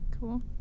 cool